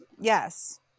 Yes